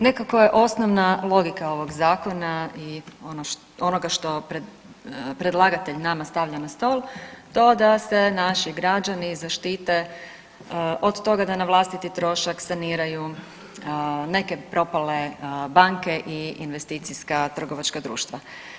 Nekako je osnovna logika ovog zakona i onoga što predlagatelj nama stavlja na stol to da se naši građani zaštite, od toga da na vlastiti trošak saniraju neke propale banke i investicijska trgovačka društva.